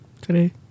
Today